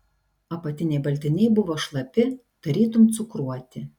apatiniai baltiniai buvo šlapi tarytum cukruoti